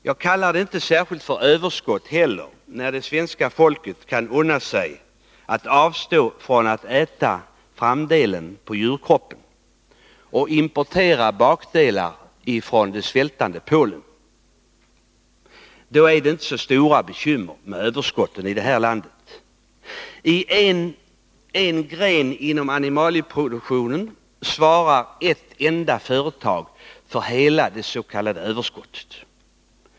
Jag kallar det inte heller för överskott, när svenska folket kan unna sig att avstå från att äta framdelen på djurkroppen och importerar bakdelar från det svältande Polen. Då är det inte så stora bekymmer med överskotten i detta land. Inom en gren av animalieproduktionen svarär ett enda företag för hela det s.k. överskottet.